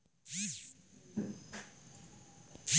alligator বলতে হামরা আক ধরণের সরীসৃপকে বুঝে থাকি